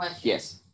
Yes